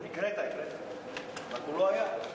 הקראת, הקראת, רק שהוא לא היה.